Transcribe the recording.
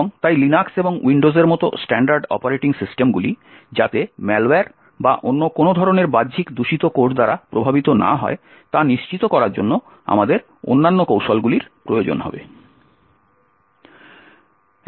এবং তাই লিনাক্স এবং উইন্ডোজের মতো স্ট্যান্ডার্ড অপারেটিং সিস্টেমগুলি যাতে ম্যালওয়্যার বা অন্য কোনও ধরনের বাহ্যিক দূষিত কোড দ্বারা প্রভাবিত না হয় তা নিশ্চিত করার জন্য আমাদের অন্যান্য কৌশলগুলির প্রয়োজন হবে